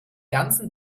ganzen